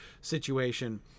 situation